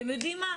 אתם יודעים מה?